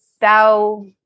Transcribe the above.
thou